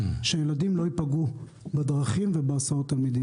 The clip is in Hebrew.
שהילדים לא ייפגעו בדרכים ובהסעות תלמידים?